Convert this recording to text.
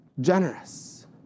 generous